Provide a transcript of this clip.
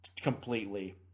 completely